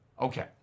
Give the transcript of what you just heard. Okay